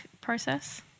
process